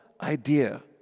idea